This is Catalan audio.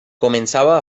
començava